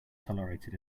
tolerated